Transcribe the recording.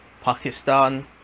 Pakistan